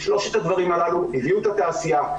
שלושת הדברים הללו הביאו את התעשייה,